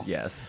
Yes